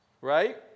Right